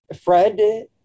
Fred